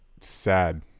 sad